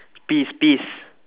peas peas